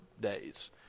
days